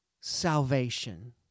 salvation